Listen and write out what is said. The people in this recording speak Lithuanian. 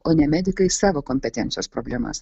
o ne medikai savo kompetencijos problemas